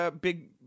big